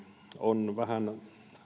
on vähän